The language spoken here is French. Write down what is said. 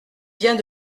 vient